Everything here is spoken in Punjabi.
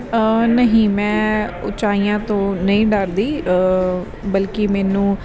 ਨਹੀਂ ਮੈਂ ਉੱਚਾਈਆਂ ਤੋਂ ਨਹੀਂ ਡਰਦੀ ਬਲਕਿ ਮੈਨੂੰ